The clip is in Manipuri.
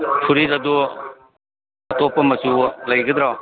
ꯐꯨꯔꯤꯠ ꯑꯗꯨ ꯑꯇꯣꯞꯄ ꯃꯆꯨ ꯂꯩꯒꯗ꯭ꯔꯣ